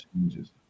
changes